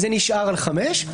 זה נשאר על חמישה.